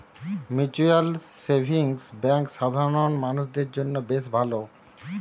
mutual savings bank সাধারণ মানুষদের জন্য বেশ ভালো